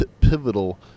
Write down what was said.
pivotal